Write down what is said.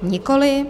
Nikoli.